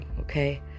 okay